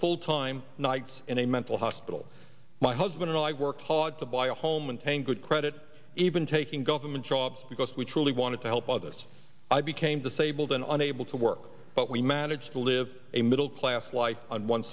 full time nights in a mental hospital my husband and i worked hard to buy a home and paying good credit even taking government jobs because we truly wanted to help others i became disabled and unable to work but we managed to live a middle class life on one